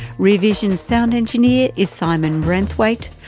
rear vision's sound engineer is simon braithwaite.